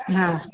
हा